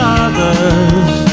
others